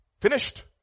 Finished